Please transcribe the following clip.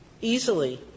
easily